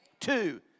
Two